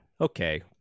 okay